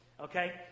Okay